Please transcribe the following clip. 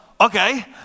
Okay